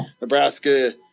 Nebraska